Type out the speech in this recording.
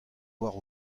war